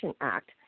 Act